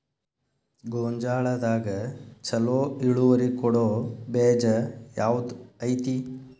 ಗೊಂಜಾಳದಾಗ ಛಲೋ ಇಳುವರಿ ಕೊಡೊ ಬೇಜ ಯಾವ್ದ್ ಐತಿ?